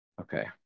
Okay